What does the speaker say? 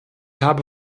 habe